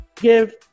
give